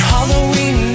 Halloween